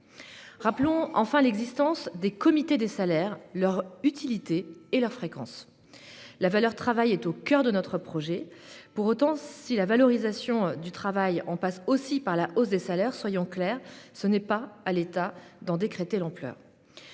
Rappelons enfin l'existence des comités des salaires, leur utilité et la fréquence de leurs réunions. La valeur travail est au coeur de notre projet. Toutefois, si la valorisation du travail passe aussi par une hausse des salaires, soyons clairs : ce n'est pas à l'État d'en décréter l'ampleur.